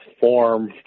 form